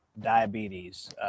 diabetes